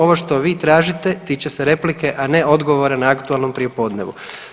Ovo što vi tražite tiče se replike, a ne odgovora na aktualnom prijepodnevu.